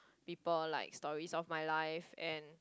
people like stories of my life and